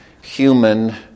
human